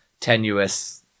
tenuous